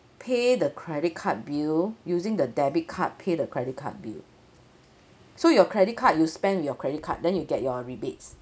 pay the credit card bill using the debit card pay the credit card bill so your credit card you spend your credit card then you get your rebates